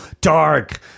dark